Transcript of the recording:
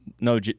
No